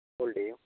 hold ചെയ്യൂ